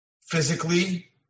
physically